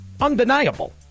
Undeniable